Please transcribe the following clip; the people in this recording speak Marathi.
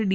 डी